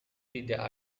tidak